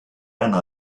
ana